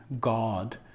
God